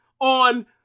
On